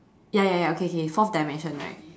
ya ya ya okay okay fourth dimension right